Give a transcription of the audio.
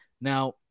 now